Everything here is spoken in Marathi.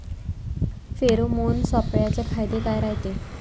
फेरोमोन सापळ्याचे फायदे काय रायते?